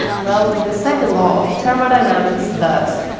well, the second law of thermodynamics does.